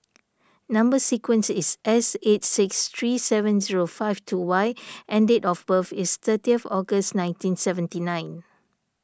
Number Sequence is S eight six three seven zero five two Y and date of birth is thirty August nineteen seventy nine